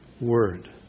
Word